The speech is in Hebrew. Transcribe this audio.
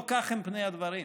לא כך הם פני הדברים.